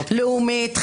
לאומית,